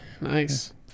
Nice